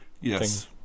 Yes